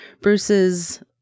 Bruce's